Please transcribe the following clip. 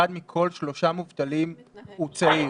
אחד מכל שלושה מובטלים הוא צעיר.